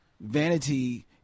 Vanity